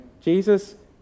Jesus